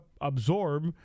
absorb